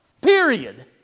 period